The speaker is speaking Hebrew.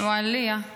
ואעליה.